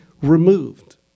removed